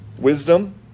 wisdom